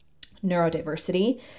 neurodiversity